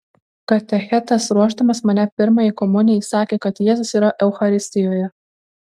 katechetas ruošdamas mane pirmajai komunijai sakė kad jėzus yra eucharistijoje